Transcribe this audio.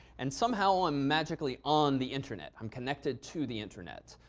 and somehow i'm magically on the internet. i'm connected to the internet.